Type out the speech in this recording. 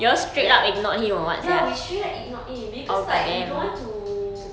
ya ya we straight up ignored him because like we don't want to